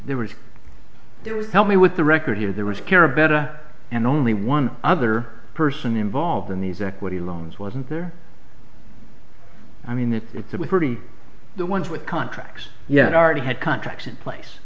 there was there was help me with the record here there was care a better and only one other person involved in these equity loans wasn't there i mean it's it was pretty the ones with contracts yes already had contracts in place